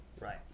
Right